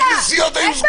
כשבתי כנסיות היו סגורים.